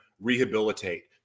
rehabilitate